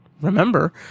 remember